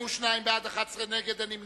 42 בעד, 11 מתנגדים, אין נמנעים.